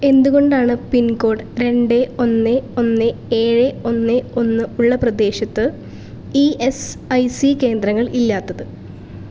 എന്തുകൊണ്ടാണ് pin code രണ്ട് ഒന്ന് ഒന്ന് ഏഴ് ഒന്ന് ഒന്ന് ഉള്ള പ്രദേശത്ത് ഇ എസ് ഐ സി കേന്ദ്രങ്ങൾ ഇല്ലാത്തത്